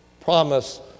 promise